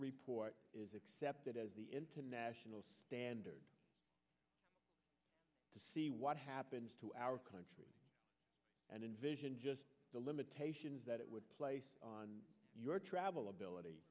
report is accepted as the international standard to see what happens to our country and in the limitations that it would place on your travel ability